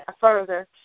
further